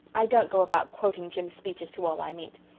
i don't go about quoting jims's speeches to all i meet.